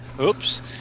Oops